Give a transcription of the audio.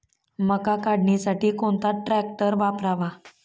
मका काढणीसाठी कोणता ट्रॅक्टर वापरावा?